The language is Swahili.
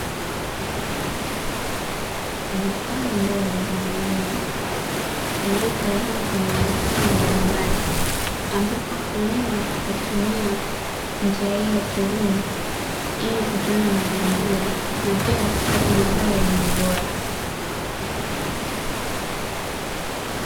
Bustani ndogo za mimea zilizohifadhiwa katika vitalu mbalimbali, ambapo mkulima anatumia njia hii ya kilimo ili kutunza mazingira na pia kupata mazao yenye ubora.